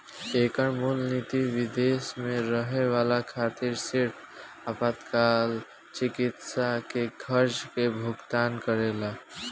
एकर मूल निति विदेश में रहे वाला खातिर सिर्फ आपातकाल चिकित्सा के खर्चा के भुगतान करेला